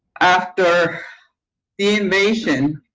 after the invasion